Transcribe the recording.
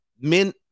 men